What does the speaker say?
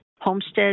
Homestead